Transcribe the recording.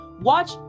Watch